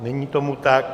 Není tomu tak.